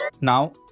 Now